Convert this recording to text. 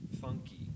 funky